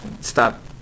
stop